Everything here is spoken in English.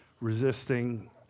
resisting